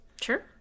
Sure